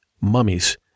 mummies